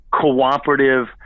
cooperative